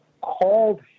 called